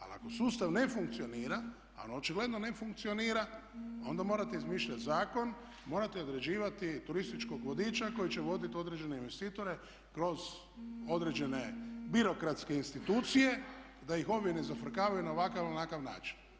Ali ako sustav ne funkcionira, a on očigledno ne funkcionira, onda morate izmišljati zakon, morate određivati turističkog vodiča koji će voditi određene investitore kroz određene birokratske institucije da ih ovi ne zafrkavaju na ovakav ili onakav način.